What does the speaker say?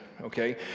Okay